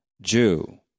Jew